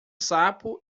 sapo